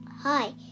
Hi